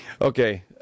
Okay